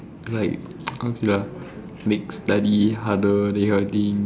like how to say ah like study harder that kind of thing